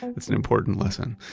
it's an important lesson.